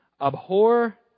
Abhor